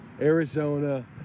Arizona